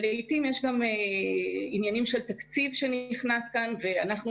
לעתים יש גם עניינים של תקציב שנכנס כאן ואנחנו